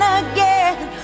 again